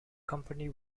company